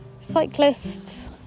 cyclists